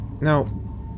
Now